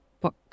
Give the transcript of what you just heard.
book